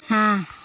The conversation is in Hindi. हाँ